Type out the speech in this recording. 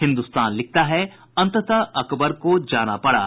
हिन्दुस्तान लिखता है अंततः अकबर को जाना पड़ा